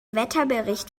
wetterbericht